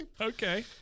Okay